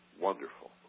wonderful